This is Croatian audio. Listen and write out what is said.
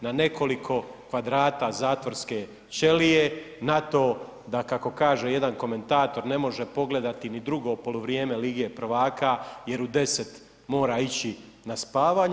Na nekoliko kvadrata zatvorske ćelije, na to da kako kaže jedan komentator ne može pogledati ni drugo poluvrijeme lige prvaka jer u 10 mora ići na spavanje.